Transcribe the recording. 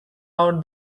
out